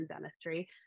dentistry